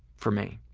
for me.